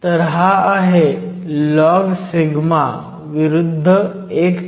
तर हा आहे लॉगσ विरुद्ध 1T